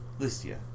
Listia